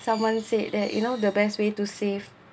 someone said that you know the best way to save